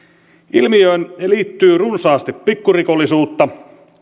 ilmiöön liittyy runsaasti pikkurikollisuutta